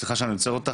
סליחה שאני עוצר אותך.